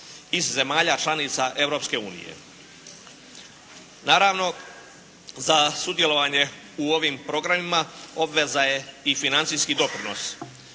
iz zemalja članica Europske unije. Naravno za sudjelovanje u ovim programima obveza je i financijski doprinos.